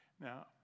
Now